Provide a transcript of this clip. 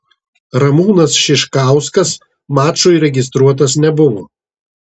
ramūnas šiškauskas mačui registruotas nebuvo